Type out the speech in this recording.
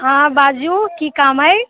हँ हँ बाजू की काम अछि